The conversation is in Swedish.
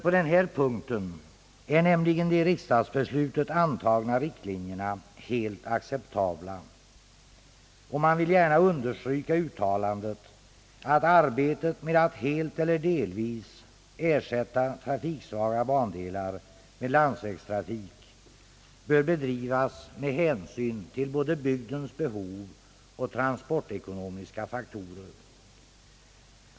På denna punkt är nämligen de i riksdagsbeslutet antagna riktlinjerna helt acceptabla. Man vill gärna understryka uttalandet, att »arbetet med att helt eller delvis ersätta trafiksvaga bandelar med landsvägstrafik bör bedrivas med hänsyn till både bygdens behov och transportekonomiska faktorer».